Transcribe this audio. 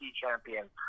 champion